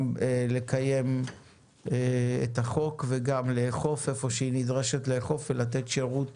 לקיים את החוק וגם לאכוף איפה שהיא נדרשת לאכוף ולתת שירות